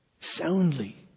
soundly